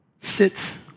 sits